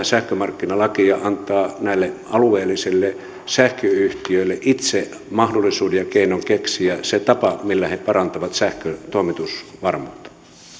sähkömarkkinalaki ja antaa näille alueellisille sähköyhtiöille itse mahdollisuus ja keino keksiä se tapa millä he parantavat sähkön toimitusvarmuutta